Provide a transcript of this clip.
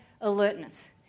alertness